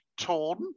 torn